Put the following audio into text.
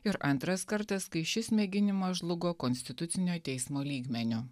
ir antras kartas kai šis mėginimas žlugo konstitucinio teismo lygmeniu